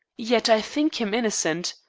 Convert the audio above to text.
yet i think him innocent.